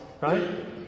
right